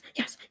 yes